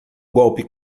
golpe